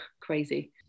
crazy